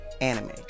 anime